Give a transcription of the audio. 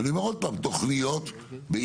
אני אומר עוד פעם, תוכניות בעיר,